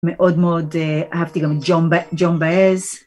מאוד מאוד אהבתי גם את ג'ון בייז.